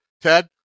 Ted